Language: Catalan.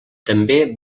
també